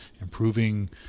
improving